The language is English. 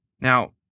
now